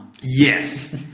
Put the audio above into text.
yes